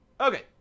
Okay